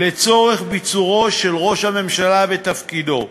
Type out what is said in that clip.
לצורך ביצורו של ראש הממשלה בתפקידו.